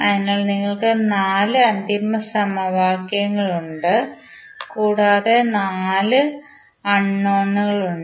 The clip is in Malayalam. അതിനാൽ നിങ്ങൾക്ക് നാല് അന്തിമ സമവാക്യങ്ങളുണ്ട് കൂടാതെ നിങ്ങൾക്ക് നാല് അൺനോണുകൾ ഉണ്ട്